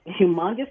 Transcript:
humongous